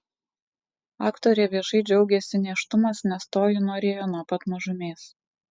aktorė viešai džiaugiasi nėštumas nes to ji norėjo nuo pat mažumės